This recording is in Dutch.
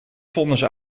vonnis